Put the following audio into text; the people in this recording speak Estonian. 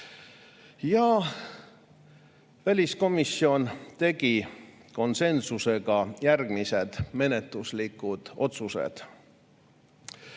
Väliskomisjon tegi konsensusega järgmised menetluslikud otsused: